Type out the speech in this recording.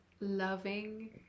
loving